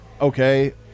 okay